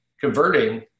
converting